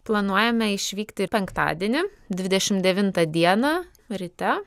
planuojame išvykti penktadienį dvidešim devintą dieną ryte